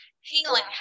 healing